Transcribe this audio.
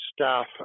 staff